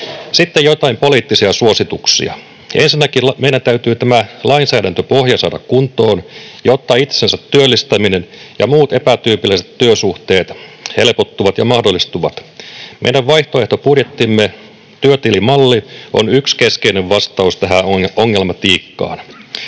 Sitten joitain poliittisia suosituksia: Ensinnäkin meidän täytyy lainsäädäntöpohja saada kuntoon, jotta itsensätyöllistäminen ja muut epätyypilliset työsuhteet helpottuvat ja mahdollistuvat. Meidän vaihtoehtobudjettimme työtilimalli on yksi keskeinen vastaus tähän ongelmatiikkaan.